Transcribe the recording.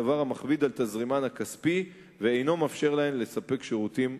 דבר המכביד על תזרימן הכספי ואינו מאפשר להן לספק שירותים לתושביהם.